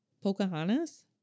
Pocahontas